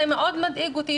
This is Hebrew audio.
זה מאוד מדאיג אותי,